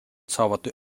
saavad